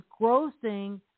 grossing